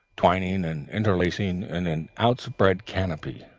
twining and interlacing in an outspread canopy.